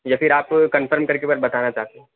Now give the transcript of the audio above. یا پھر آپ کنفرم کرکے بتانا چاہتے ہیں